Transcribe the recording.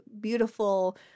beautiful